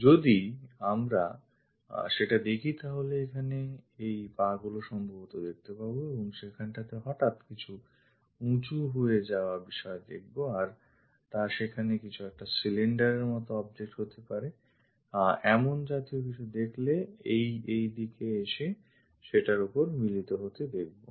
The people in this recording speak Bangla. যদি আমরা সেটা দেখি তাহলে এখানে এই পাগুলি সম্ভবতঃ দেখতে পাবো এবং সেখানটাতে হঠাৎ কিছু উঁচু হয়ে যাওয়া বিষয় দেখবো আর তা সেখানে কিছু একটা cylinder র মতো object হতে পারে এমন জাতীয় দেখালে এই দিকে এসে সেটার ওপরে মিলিত হতে দেখবো